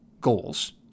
goals